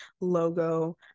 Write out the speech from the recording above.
logo